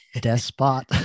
despot